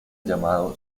llamado